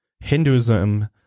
Hinduism